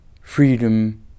freedom